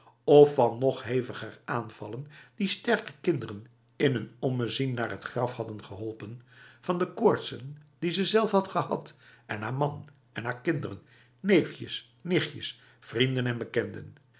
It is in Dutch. of van de nog heviger aanvallen die sterke kinderen in een ommezien naar het graf hadden geholpen van de koortsen die ze zelf had gehad en haar man en haar kinderen neefjes nichtjes vrienden en bekenden